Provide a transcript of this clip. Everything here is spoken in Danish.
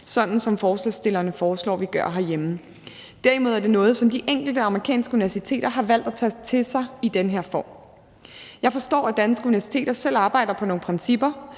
sådan som forslagsstillerne foreslår vi gør herhjemme. Derimod er det noget, som de enkelte amerikanske universiteter har valgt at tage til sig i den her form. Jeg forstår, at danske universiteter selv arbejder på nogle principper,